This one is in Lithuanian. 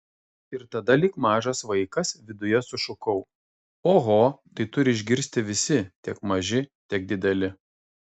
ir tada lyg mažas vaikas viduje sušukau oho tai turi išgirsti visi tiek maži tiek dideli